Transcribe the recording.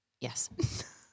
yes